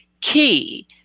key